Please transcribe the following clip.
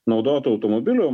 naudotų automobilių